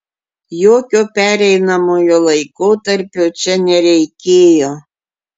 jokio pereinamojo laikotarpio čia nereikėjo